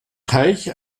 teich